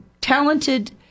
talented